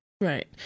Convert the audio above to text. Right